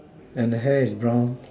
and the hair is brown